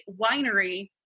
winery